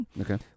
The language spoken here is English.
Okay